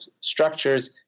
structures